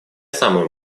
самую